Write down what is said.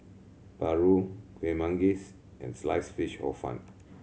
paru Kueh Manggis and Sliced Fish Hor Fun